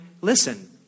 listen